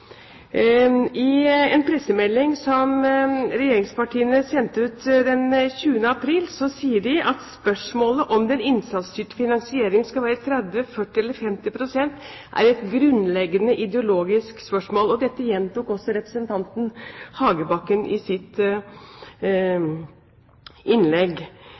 I en pressemelding som regjeringspartiene sendte ut den 20. april, sier de at spørsmålene om den innsatsstyrte finansieringen skal være 30, 40 eller 50 pst. er et grunnleggende ideologisk spørsmål, og dette gjentok også representanten Hagebakken i sitt innlegg.